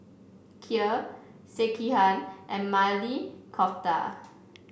Kheer Sekihan and Maili Kofta